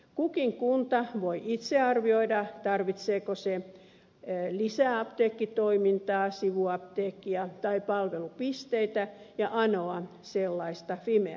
kukin kunta voi itse arvioida tarvitseeko se lisää apteekkitoimintaa sivuapteekkia tai palvelupisteitä ja anoa sellaista fimealta